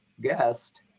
guest